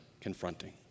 confronting